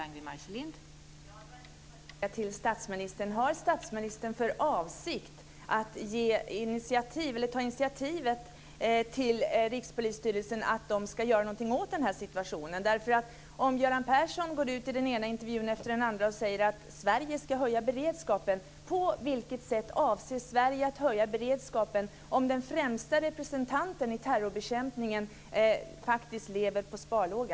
Fru talman! Det var min följdfråga till statsministern: Har statsministern för avsikt att ge Rikspolisstyrelsen möjlighet att ta initiativ till att göra någonting åt situationen? Göran Persson går ut i den ena intervjun efter den andra och säger att Sverige ska höja beredskapen. På vilket sätt avser Sverige att höja beredskapen om den främsta representanten i terrorbekämpningen lever på sparlåga?